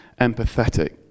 empathetic